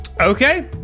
Okay